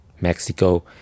mexico